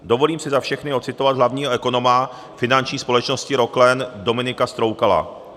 Dovolím si za všechny ocitovat hlavního ekonoma finanční společnosti Roklen Dominika Stroukala.